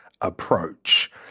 approach